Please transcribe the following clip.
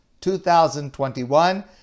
2021